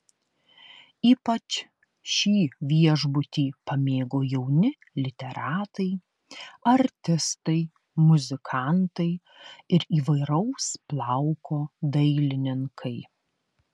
ypač šį viešbutį pamėgo jauni literatai artistai muzikantai ir įvairaus plauko dailininkai